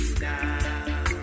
now